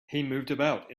about